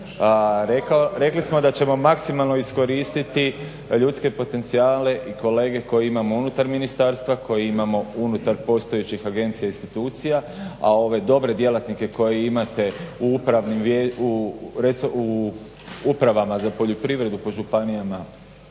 Rekli smo da ćemo maksimalno iskoristiti ljudske potencijale i kolege koje imamo unutar ministarstva, koje imamo unutar postojećih agencija i institucija, a ove dobre djelatnike koje imate u upravnim, u upravama za poljoprivredu po županijama